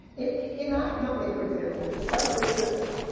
in our company, for example, despite this system,